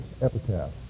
epitaph